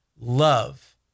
love